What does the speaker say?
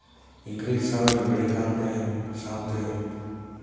ᱤᱝᱨᱮᱡ ᱥᱟᱣᱮ ᱞᱟᱹᱲᱦᱟᱹᱭ ᱠᱟᱱ ᱛᱟᱦᱮᱸᱫ ᱥᱟᱶᱛᱮ